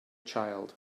child